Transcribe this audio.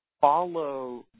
follow